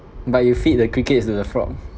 but you feed the crickets to the frog